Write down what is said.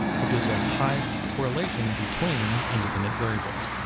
which is a high correlation between independent variables.